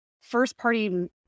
first-party